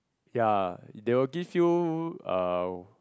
ya they will give you uh